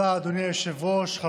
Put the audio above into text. אדוני יושב-ראש ועדת הכנסת, בבקשה.